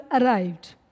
arrived